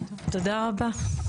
תודה רבה.